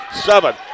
seven